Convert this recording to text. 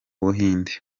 buhinde